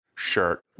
Shirt